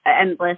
endless